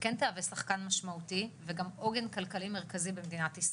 כן תהווה שחקן משמעותי וגם עוגן כלכלי מרכזי במדינת ישראל.